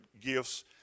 gifts